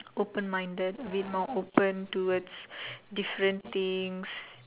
open minded abit more open towards different things